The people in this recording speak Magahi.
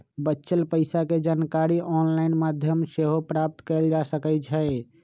बच्चल पइसा के जानकारी ऑनलाइन माध्यमों से सेहो प्राप्त कएल जा सकैछइ